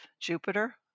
Jupiter